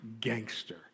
gangster